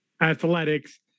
athletics